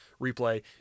replay